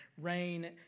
rain